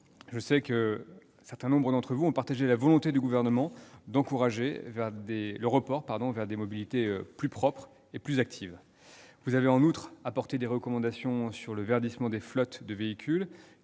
je sais qu'un certain nombre d'entre vous ont partagé la volonté du Gouvernement d'encourager le report vers des mobilités plus propres et plus actives. Le Sénat a en outre apporté des recommandations sur le verdissement des flottes de véhicules,